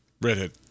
Redhead